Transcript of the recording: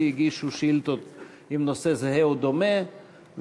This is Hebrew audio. הגישו שאילתות בנושא זהה או דומה,